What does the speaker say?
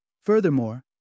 Furthermore